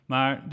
Maar